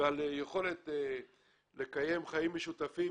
ועל יכולת לקיים חיים משותפים